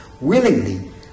willingly